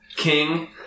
King